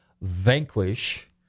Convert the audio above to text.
Vanquish